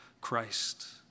Christ